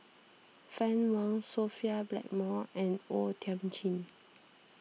Fann Wong Sophia Blackmore and O Thiam Chin